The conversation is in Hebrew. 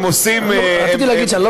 הם עושים --- רציתי להגיד שאני לא